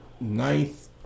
ninth